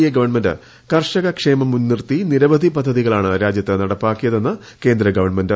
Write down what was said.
A government കർഷക ക്ഷേമം മുൻനിർത്തി നിരവധി പദ്ധതികളാണ് രാജ്യത്ത് നടപ്പാക്കിയതെന്ന് കേന്ദ്ര ഗവൺമെന്റ്